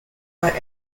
are